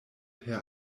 per